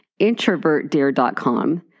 introvertdeer.com